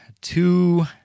two